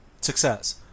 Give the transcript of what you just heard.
success